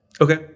Okay